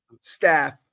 staff